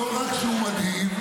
לא רק שהוא מדהים,